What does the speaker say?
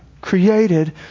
created